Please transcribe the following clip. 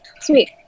Sweet